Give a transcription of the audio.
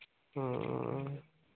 ꯎꯝ